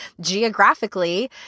geographically